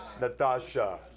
Natasha